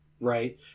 right